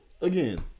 again